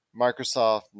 microsoft